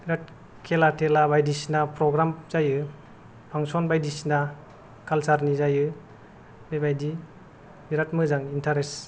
बेराथ खेला थेला बायदिसिना फ्रग्राम जायो फांसन बायदिसिना कालसार नि जायो बेबायदि बिराद मोजां इन्टारेस्ट